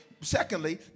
secondly